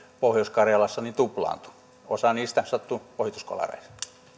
pohjois karjalassa tuplaantuivat osa niistä sattui ohituskolareissa